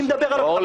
אני מדבר על, שנייה.